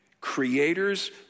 Creators